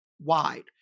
wide